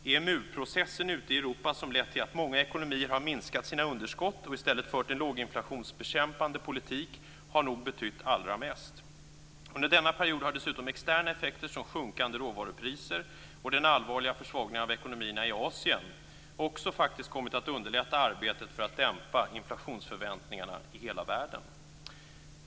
Men EMU-processen i Europa, som har lett till att många ekonomier har minskat sina underskott och i stället för en inflationsbekämpande politik, har nog betytt allra mest. Under denna period har dessutom externa effekter som sjunkande råvarupriser och den allvarliga försvagningen av ekonomierna i Asien också kommit att underlätta arbetet för att dämpa inflationsförväntningarna i hela världen.